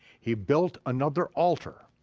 he built another altar.